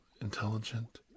intelligent